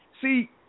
see